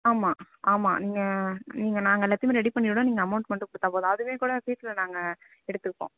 ஆமாம் ஆமாம் நீங்கள் நீங்கள் நாங்கள் எல்லாத்தையுமே ரெடி பண்ணி விடுறோம் நீங்கள் அமௌன்ட் மட்டும் கொடுத்தா போதும் அதுவே கூட ஃபீஸ்ல நாங்கள் எடுத்துப்போம்